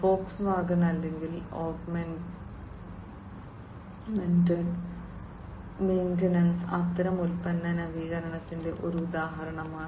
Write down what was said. Volkswagen അല്ലെങ്കിൽ augmented maintenance അത്തരം ഉൽപ്പന്ന നവീകരണത്തിന്റെ ഒരു ഉദാഹരണമാണ്